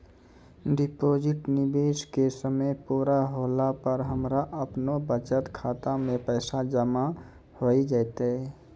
Deposit निवेश के समय पूरा होला पर हमरा आपनौ बचत खाता मे पैसा जमा होय जैतै?